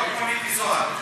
לא כמו מיקי זוהר.